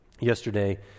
Yesterday